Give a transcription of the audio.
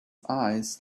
eyes